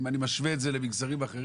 אם אני משווה את זה למגזרים אחרים,